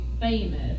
famous